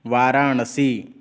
Varanasi